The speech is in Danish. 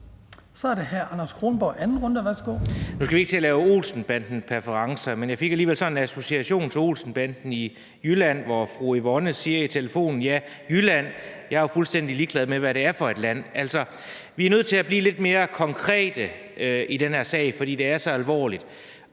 Kl. 15:13 Anders Kronborg (S): Nu skal vi ikke til at lave Olsen-banden-referencer, men jeg fik alligevel sådan en association til »Olsen-banden i Jylland«, hvor Yvonne i telefonen siger: Ja, Jylland – jeg er fuldstændig ligeglad med, hvad det er for et land. Altså, vi er nødt til at blive lidt mere konkrete i den her sag, fordi det er så alvorligt,